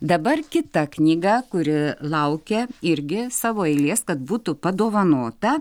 dabar kita knyga kuri laukia irgi savo eilės kad būtų padovanota